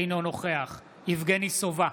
אינו נוכח יבגני סובה,